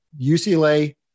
UCLA